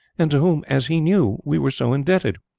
and to whom as he knew we were so indebted.